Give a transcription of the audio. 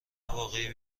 واقعی